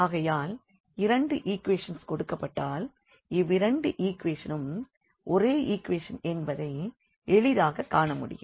ஆகையால் இரண்டு ஈக்வேஷன்ஸ் கொடுக்கப்பட்டால் இவ்விரண்டு ஈக்வேஷன்ஸ் ம் ஒரே ஈக்வேஷன் என்பதை எளிதாகக் காணமுடியும்